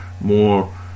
more